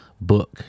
book